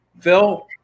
Phil